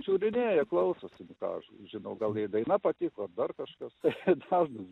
žiūrinėja klausosi ką aš žinau gal jai daina patiko dar kažkas tai jie tam